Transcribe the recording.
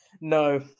No